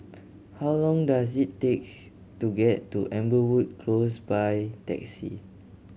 how long does it take to get to Amberwood Close by taxi